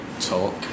Talk